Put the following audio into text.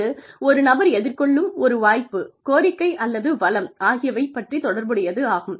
இது ஒரு நபர் எதிர்கொள்ளும் ஒரு வாய்ப்பு கோரிக்கை அல்லது வளம் ஆகியவை பற்றி தொடர்புடையது ஆகும்